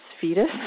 fetus